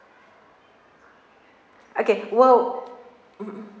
okay will mm